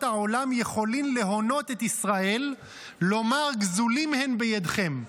העולם יכולים להונות את ישראל לומר גזולים הם בידיכם.